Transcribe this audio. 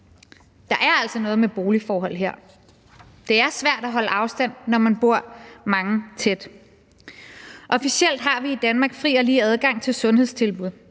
Der er altså noget med boligforhold her. Det er svært at holde afstand, når man bor mange tæt sammen. Officielt har vi i Danmark fri og lige adgang til sundhedstilbud.